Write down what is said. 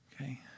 Okay